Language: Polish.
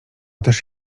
też